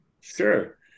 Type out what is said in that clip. Sure